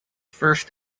first